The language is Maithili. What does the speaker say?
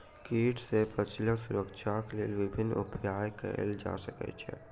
कीट सॅ फसीलक सुरक्षाक लेल विभिन्न उपाय कयल जा सकै छै